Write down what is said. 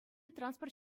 транспорт